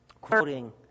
Quoting